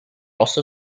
also